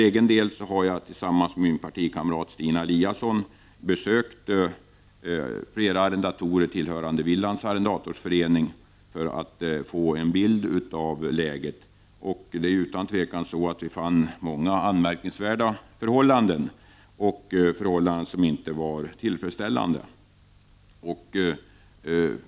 Jag har tillsammans med min partikamrat Stina Eliasson besökt flera arrendatorer tillhörande Willands arrendatorförening för att få en bild av läget. Vi fann många anmärkningsvärda och otillfredsställande förhållanden.